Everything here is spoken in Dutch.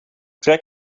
trek